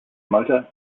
motor